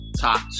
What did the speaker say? top